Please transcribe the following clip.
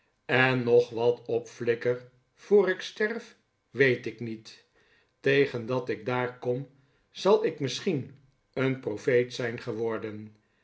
en nog wat opflikker voor ik sterf weet ik niet tegen dat ik daar kom zal ik misschien een profeet zijn geworden